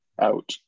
out